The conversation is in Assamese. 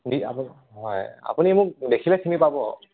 দি আপুনি হয় আপুনি মোক দেখিলে চিনি পাব